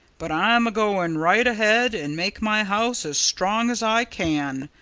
but i'm a-going right ahead and make my house as strong as i can.